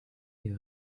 est